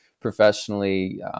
professionally